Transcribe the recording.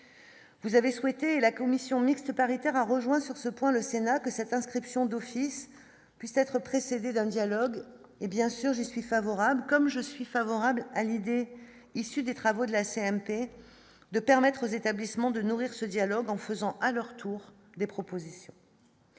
Vous avez souhaité la commission mixte paritaire a rejoint sur ce point, le Sénat, que cette inscription d'Office puisse être précédée d'un dialogue et, bien sûr, je suis favorable, comme je suis favorable à l'idée, issu des travaux de la CMP de permettre aux établissements de nourrir ce dialogue en faisant à leur tour des propositions.